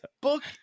book